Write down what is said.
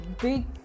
big